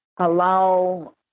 Allow